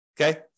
okay